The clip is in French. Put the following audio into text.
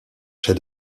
chefs